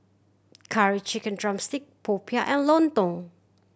Curry Chicken drumstick popiah and lontong